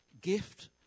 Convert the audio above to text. gift